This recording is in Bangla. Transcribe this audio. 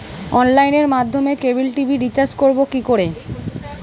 অনলাইনের মাধ্যমে ক্যাবল টি.ভি রিচার্জ করব কি করে?